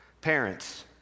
parents